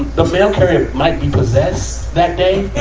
the mail carrier might be possessed that day.